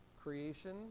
creation